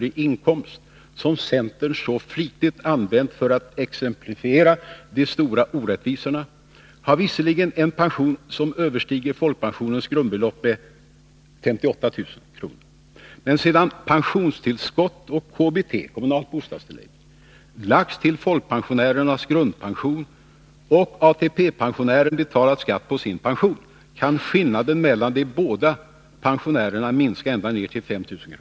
i inkomst, vilken centern så flitigt använt för att exemplifiera de stora orättvisorna, har visserligen en pension som överstiger folkpensionens grundbelopp med 58 000 kr. Men sedan pensionstillskott och kommunalt bostadstillägg lagts till folkpensionärens grundpension och ATP-pensionären betalat skatt på sin pension, kan skillnaden mellan de både pensionärernas nettoinkomst minska ända ned till 5 000 kr.